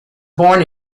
born